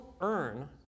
earn